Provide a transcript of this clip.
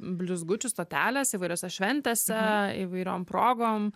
blizgučių stotelės įvairiose šventėse įvairiom progom